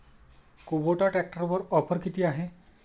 Kubota ट्रॅक्टरवर offer किती आहे?